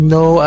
no